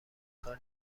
کار